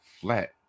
Flat